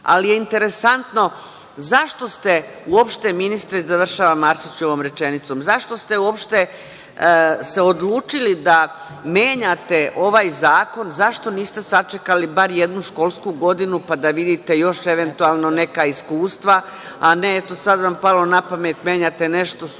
interesantno je zašto ste uopšte, ministre, završavam, Arsiću, ovom rečenicom, zašto ste se uopšte odlučili da menjate ovaj zakon, zašto niste sačekali bar jednu školsku godinu, pa da vidite još eventualno neka iskustva, e ne, eto, sada vam palo na pamet, menjate nešto, suštinski